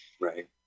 Right